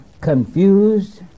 confused